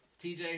TJ